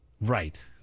Right